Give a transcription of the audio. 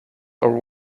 are